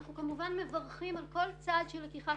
אנחנו כמובן מברכים על כל צעד של לקיחת